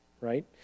right